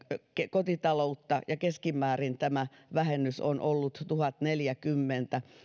kotitaloutta ja keskimäärin tämä vähennys on ollut tuhatneljäkymmentä